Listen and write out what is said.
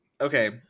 Okay